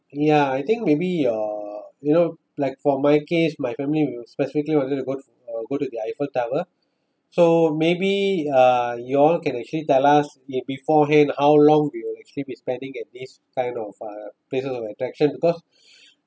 ya I think maybe you're you know like for my case my family we would specifically wanted to go to the go to the eiffel tower so maybe uh you all can actually tell us maybe beforehand how long we'll actually be spending at these kind of uh places of attraction because